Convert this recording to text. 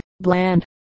Bland